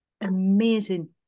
amazing